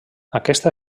aquesta